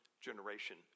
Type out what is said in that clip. generation